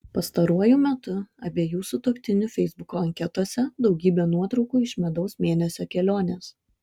pastaruoju metu abiejų sutuoktinių feisbuko anketose daugybė nuotraukų iš medaus mėnesio kelionės